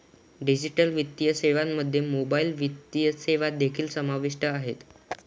digital वित्तीय सेवांमध्ये mobile वित्तीय सेवा देखील समाविष्ट आहेत